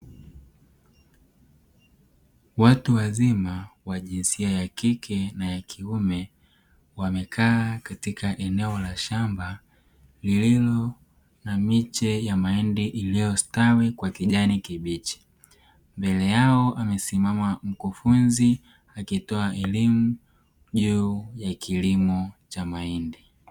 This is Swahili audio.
Watu wazima wa jinsia ya kike na ya kiume wamekaa katika eneo la shamba lililo na miche ya mahindi iliyostawi kwa kijani kibichi, mbele yao amesimama mkufunzi akitoa elimu juu ya kilimo cha mahindi.